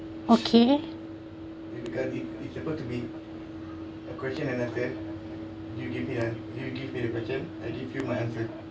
okay